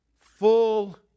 full